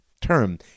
term